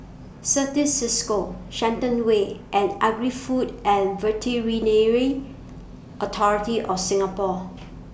Certis CISCO Shenton Way and Agri Food and Veterinary Authority of Singapore